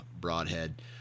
broadhead